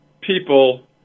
people